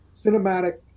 cinematic